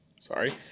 Sorry